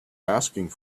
asking